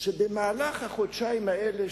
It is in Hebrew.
שבמהלך החודשיים האלה,